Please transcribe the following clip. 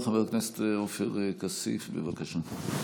חבר הכנסת עופר כסיף, בבקשה.